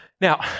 Now